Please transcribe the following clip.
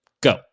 Go